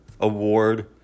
award